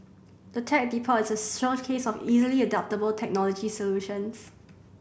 the Tech Depot is a showcase of easily adoptable technology solutions